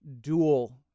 dual